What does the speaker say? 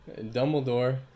Dumbledore